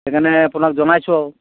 সেইকাৰণে আপোনাক জনাইছোঁ আৰু